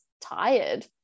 tired